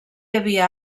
havia